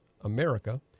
America